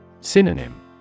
Synonym